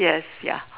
yes ya